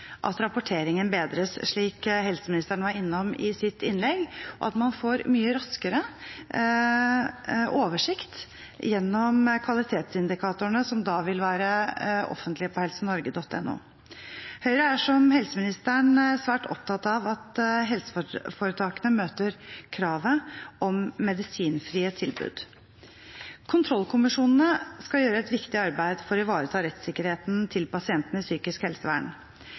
at rapporteringen bedres, slik helseministeren var innom i sitt innlegg, og at man får mye raskere oversikt gjennom kvalitetsindikatorene, som vil være offentlig på helsenorge.no. Høyre er, som helseministeren, svært opptatt av at helseforetakene møter kravet om medisinfrie tilbud. Kontrollkommisjonene skal gjøre et viktig arbeid for å ivareta rettssikkerheten til pasientene i psykisk helsevern.